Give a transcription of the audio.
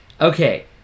Okay